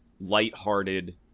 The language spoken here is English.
light-hearted